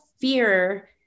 fear